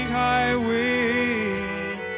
highway